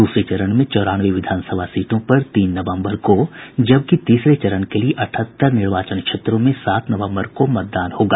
द्रसरे चरण में चौरानवे विधानसभा सीटों पर तीन नवम्बर को जबकि तीसरे चरण के लिए अठहत्तर निर्वाचन क्षेत्रों में सात नवम्बर को मतदान होगा